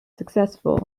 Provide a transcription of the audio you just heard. successful